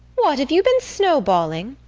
what! have you been snowballing?